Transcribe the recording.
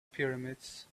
pyramids